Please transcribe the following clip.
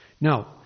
Now